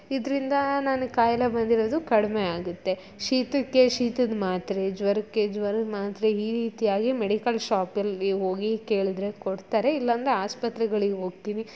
ಇದರಿಂದ ನಾನು ಕಾಯಿಲೆ ಬಂದಿರೋದು ಕಡಿಮೆ ಆಗುತ್ತೆ ಶೀತಕ್ಕೆ ಶೀತದ ಮಾತ್ರೆ ಜ್ವರಕ್ಕೆ ಜ್ವರದ ಮಾತ್ರೆ ಈ ರೀತಿಯಾಗಿ ಮೆಡಿಕಲ್ ಶಾಪಲ್ಲಿ ಹೋಗಿ ಕೇಳಿದರೆ ಕೊಡ್ತಾರೆ ಇಲ್ಲಾಂದ್ರೆ ಆಸ್ಪತ್ರೆಗಳಿಗೆ ಹೋಗ್ತೀನಿ